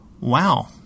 wow